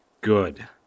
Good